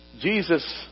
Jesus